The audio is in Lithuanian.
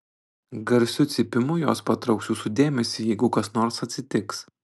garsiu cypimu jos patrauks jūsų dėmesį jeigu kas nors atsitiks